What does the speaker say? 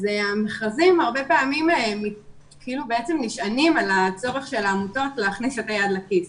המכרזים הרבה פעמים נשענים על הצורך של העמותות להכניס את היד לכיס